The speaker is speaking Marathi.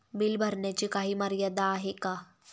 बिल भरण्याची काही मर्यादा आहे का?